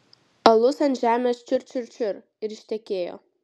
alus ant žemės čiur čiur čiur ir ištekėjo